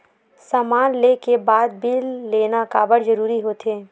समान ले के बाद बिल लेना काबर जरूरी होथे?